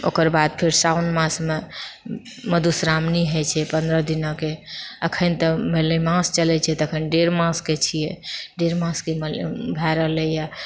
ओकर बाद फेर साओन मासमे मधुश्रावणी होइत छै पन्द्रह दिनके अखन तऽ मलेमास चलैत छै तऽ अखन तऽ डेढ़ मासके छिऐ डेढ़ मासके भए रहलैए